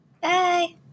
Bye